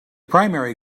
primary